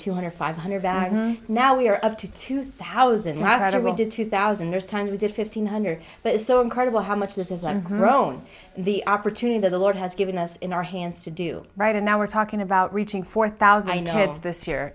two hundred five hundred bags now we're up to two thousand and i had a real good two thousand there's times we did fifteen hundred but it's so incredible how much this is i'm grown the opportunity to the lord has given us in our hands to do right and now we're talking about reaching four thousand hits this year